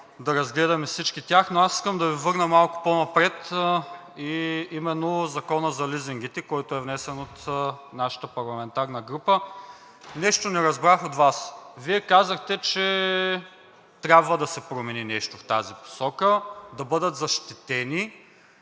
да разгледаме всички тях. Но аз искам да Ви върна малко по-напред, а именно Законопроектът за лизингите, който е внесен от нашата парламентарна група. Нещо не разбрах от Вас! Вие казахте, че трябва да се промени нещо в тази посока, да бъдат защитени,